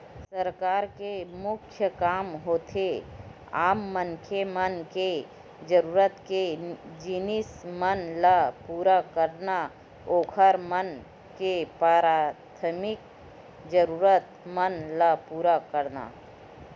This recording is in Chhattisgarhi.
सरकार के मुख्य काम होथे आम मनखे मन के जरुरत के जिनिस मन ल पुरा करना, ओखर मन के पराथमिक जरुरत मन ल पुरा करना